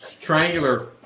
triangular